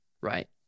right